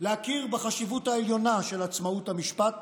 להכיר בחשיבות העליונה של עצמאות המשפט